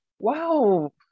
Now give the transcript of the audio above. Wow